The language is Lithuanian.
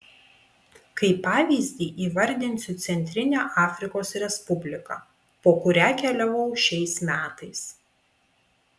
kaip pavyzdį įvardinsiu centrinę afrikos respubliką po kurią keliavau šiais metais